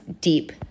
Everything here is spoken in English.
deep